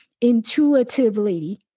intuitively